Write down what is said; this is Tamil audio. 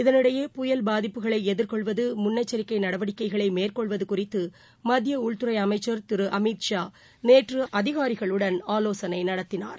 இதனிடையே புயல் பாதிப்புகளைஎதிர்கொள்வதுமுன்னெச்சிக்கைநடவடிக்கைகளைமேற்கொள்வதுகுறித்துமத்தியஉள்துறைஅமைச்சர் திருஅமித் ஷா நேற்றுஉயரதிகாரிகளுடன் ஆலோசனைநடத்தினார்